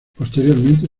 posteriormente